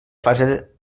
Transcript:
fase